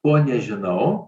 ko nežinau